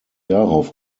darauf